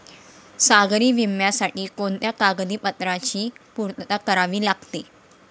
सागरी विम्यासाठी कोणत्या कागदपत्रांची पूर्तता करावी लागते?